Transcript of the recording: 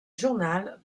journal